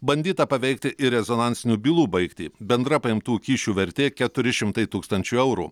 bandyta paveikti ir rezonansinių bylų baigtį bendra paimtų kyšių vertė keturi šimtai tūkstančių eurų